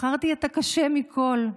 בחרתי את הקשה מכול.